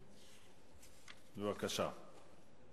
אדוני, בבקשה.